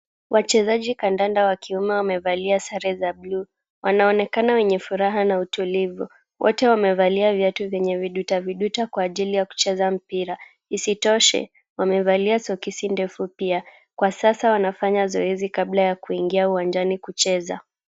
Wachezaji kandanda wa kiume wamevalia sare za bluu. Wanaonekana wenye furaha na utulivu. Wote wamevalia viatu vyenye vidutaviduta kwa ajili ya kucheza mpira. Isitoshe, wamevalia sokisi ndefu pia. Kwa sasa, wanafanya zoezi kabla ya kuingia uwanjani kucheza.